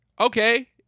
Okay